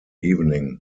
evening